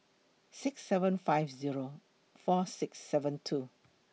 six seven five Zero four six seven two